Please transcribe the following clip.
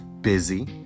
Busy